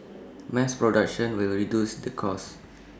mass production will reduce the cost